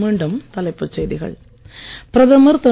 மீண்டும் தலைப்புச் செய்திகள் பிரதமர் திரு